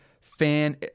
fan